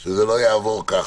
אני מודיע לך שזה לא יעבור כך.